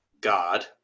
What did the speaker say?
god